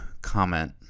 comment